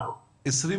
אנחנו יודעים